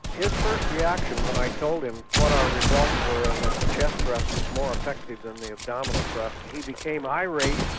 his first reaction when i told him what our results were and that the chest thrust was more effective than the abdominal thrust he became irate,